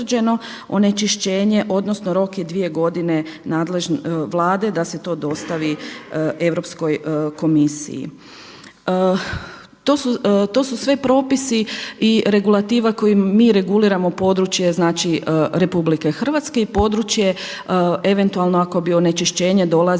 onečišćenje odnosno rok je dvije godine Vlade da se to dostavi Europskoj komisiji. To su sve propisi i regulativa kojim mi reguliramo područje RH i područje eventualno ako bi onečišćenje dolazilo